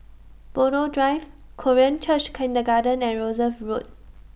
Buroh Drive Korean Church Kindergarten and Rosyth Road